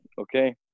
okay